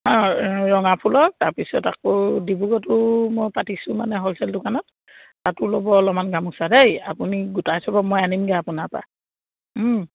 অঁ ৰঙা ফুলৰ তাৰপিছত আকৌ ডিব্ৰুগড়টো মই পাতিছোঁ মানে হ'লছেল দোকানত তাতো ল'ব অলপমান গামোচা দেই আপুনি গোটাই থব মই আনিমগে আপোনাৰ পৰা